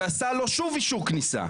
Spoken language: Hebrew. שעשה לו שוב אישור כניסה.